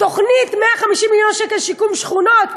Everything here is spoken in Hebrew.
תוכנית של 150 מיליון שקל לשיקום שכונות,